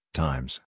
times